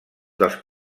dels